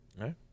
Right